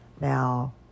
Now